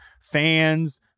fans